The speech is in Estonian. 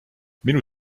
minu